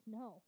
no